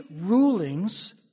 rulings